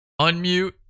unmute